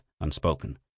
unspoken